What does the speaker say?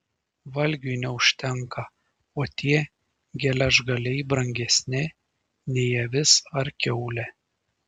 valgiui neužtenka o tie geležgaliai brangesni nei avis ar kiaulė